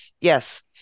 Yes